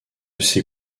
ces